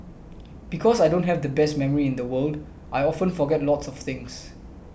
because I don't have the best memory in the world I often forget lots of things